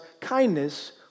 kindness